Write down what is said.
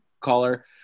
caller